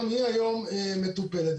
גם היא היום מטופלת.